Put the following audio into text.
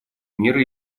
мира